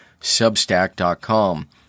substack.com